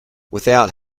without